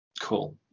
Cool